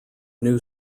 new